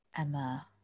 Emma